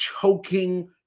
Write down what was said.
choking